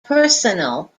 personal